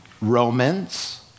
Romans